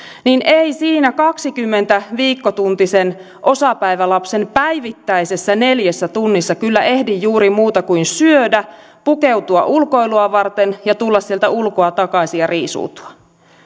niin ei siinä kaksikymmentä viikkotuntisen osapäivälapsen päivittäisessä neljässä tunnissa kyllä ehdi juuri muuta kuin syödä pukeutua ulkoilua varten ja tulla sieltä ulkoa takaisin ja riisuutua